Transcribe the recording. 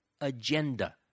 agenda